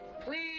Please